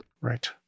Right